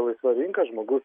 laisva rinka žmogus